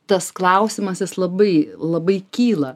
tas klausimas jis labai labai kyla